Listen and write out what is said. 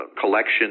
collection